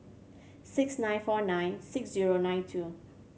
six nine four nine six zero nine two